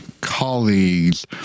colleagues